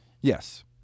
Yes